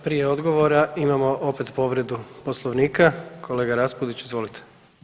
Prije odgovora imamo opet povredu Poslovnika, kolega Raspudić izvolite.